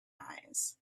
eyes